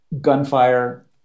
gunfire